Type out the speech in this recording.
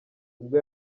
ubwo